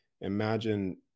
imagine